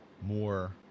more